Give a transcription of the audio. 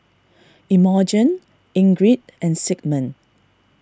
Imogene Ingrid and Sigmund